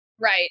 right